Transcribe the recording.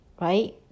right